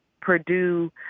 Purdue